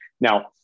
Now